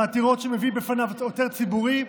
בעתירות שמביא בפניו עותר ציבורי,